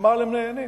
מחשמל הם נהנים